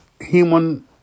human